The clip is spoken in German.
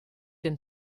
den